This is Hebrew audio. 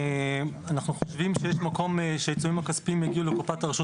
אנחנו חושבים שיש מקום שהעיצומים הכספיים יגיעו לקופת הרשות